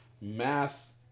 Math